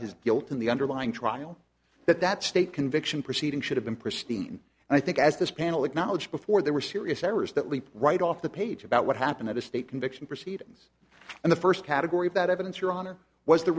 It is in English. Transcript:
his guilt in the underlying trial that that state conviction proceeding should have been pristine and i think as this panel acknowledged before there were serious errors that leap right off the page about what happened at a state conviction proceedings and the first category of that evidence your honor was the